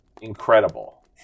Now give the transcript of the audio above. incredible